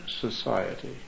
society